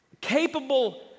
capable